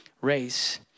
race